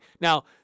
Now